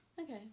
Okay